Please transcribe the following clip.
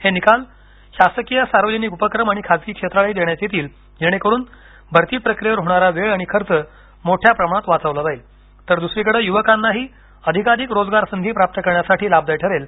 हे निकाल शासकीय सार्वजनिक उपक्रम आणि खासगी क्षेत्रालाही देण्यात येतील जेणेकरून भरती प्रक्रियेवर होणारा वेळ आणि खर्च मोठ्या प्रमाणात वाचवला जाईल तर दुसरीकडे युवकांनाही अधिकाधिक रोजगार संधी प्राप्त करण्यासाठी लाभदायी ठरेल